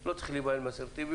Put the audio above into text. לא צריך להיבהל מאסרטיביות.